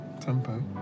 tempo